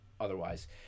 otherwise